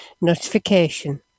notification